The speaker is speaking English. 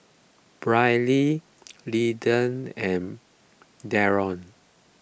Brylee Lidie and Darrion